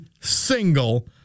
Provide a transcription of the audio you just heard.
single